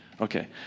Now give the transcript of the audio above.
Okay